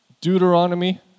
Deuteronomy